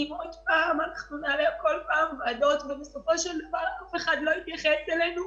אם עוד פעם נעלה לוועדות ובסופו של דבר אף אחד לא יתייחס אלינו,